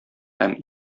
һәм